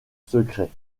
secrets